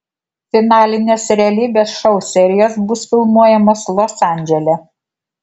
finalinės realybės šou serijos bus filmuojamos los andžele